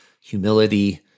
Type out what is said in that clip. humility